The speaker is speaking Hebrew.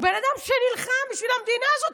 בן אדם שנלחם בשביל המדינה הזאת,